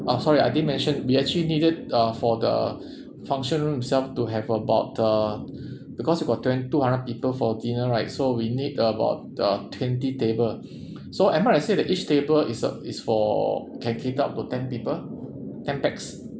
uh sorry I didn't mention we actually needed uh for the function room itself to have about uh because we got twen~ two hundred people for dinner right so we need about uh twenty table so am I right to say that each table is a is for can fit up to ten people ten pax